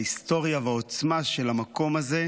ההיסטוריה והעוצמה של המקום הזה,